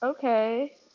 Okay